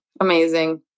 Amazing